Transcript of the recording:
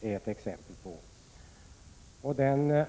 t.ex. mobbningen.